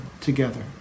together